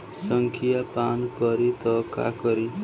संखिया पान करी त का करी?